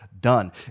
done